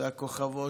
והכוכבות,